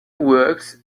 works